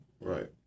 Right